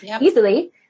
easily